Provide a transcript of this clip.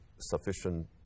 sufficient